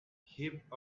heap